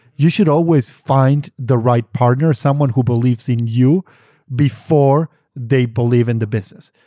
you should always find the right partner, someone who believes in you before they believe in the business.